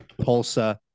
PULSA